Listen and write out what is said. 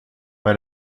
pas